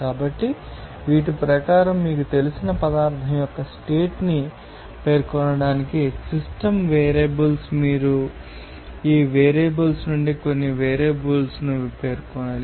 కాబట్టి వీటి ప్రకారం మీకు తెలిసిన పదార్ధం యొక్క స్టేట్ ని పేర్కొనడానికి సిస్టమ్ వేరియబుల్స్ మీరు ఈ వేరియబుల్స్ నుండి కొన్ని వేరియబుల్స్ ను పేర్కొనాలి